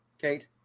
Kate